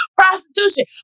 Prostitution